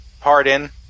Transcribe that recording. Pardon